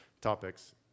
topics